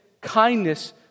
kindness